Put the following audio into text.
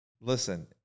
Listen